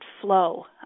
flow